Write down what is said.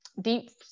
deep